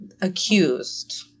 accused